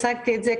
הצגתי את זה.